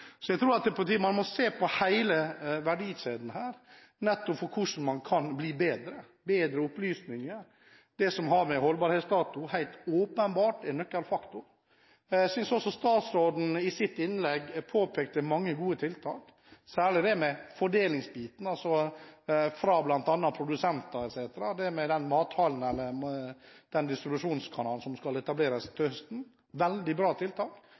Jeg tror man må se på hele verdikjeden her, hvordan man kan bli bedre og få bedre opplysninger. Det som har med holdbarhetsdato å gjøre, er helt åpenbart en nøkkelfaktor. Jeg synes også statsråden i sitt innlegg påpekte mange gode tiltak, særlig det med fordelingen fra bl.a. produsenter, Mathallen og distribusjonskanalen som skal etableres til høsten. Dette er veldig bra tiltak